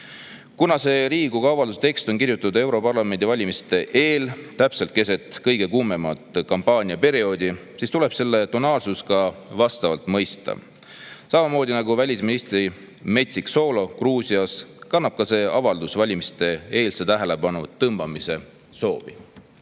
Kuna see Riigikogu avalduse tekst on kirjutatud europarlamendi valimiste eel, täpselt keset kampaania kõige kuumemat perioodi, siis tuleb selle tonaalsust ka vastavalt mõista. Samamoodi nagu välisministri metsik soolo Gruusias kannab see avaldus valimiste-eelse tähelepanu tõmbamise soovi.